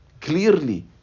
clearly